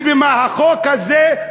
החוק הזה,